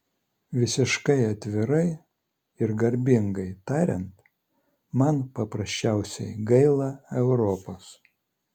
visiškai atvirai ir garbingai tariant man paprasčiausiai gaila europos